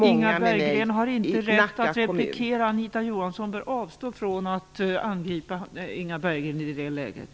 Inga Berggren har inte rätt att replikera. Anita Johansson bör avstå från att angripa Inga Berggren i det läget.